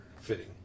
fitting